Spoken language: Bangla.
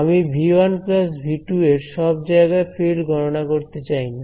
আমি V 1 V 2 এর সব জায়গায় ফিল্ড গণনা করতে চাইনা